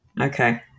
Okay